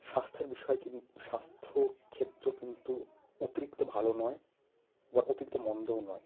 স্বাস্থ্যের বিষয় কিন স্বাস্থ্য ক্ষেত্র কিন্তু অতিরিক্ত ভালো নয় আবার অতিরিক্ত মন্দও নয়